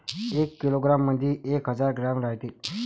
एका किलोग्रॅम मंधी एक हजार ग्रॅम रायते